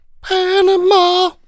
Panama